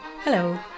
Hello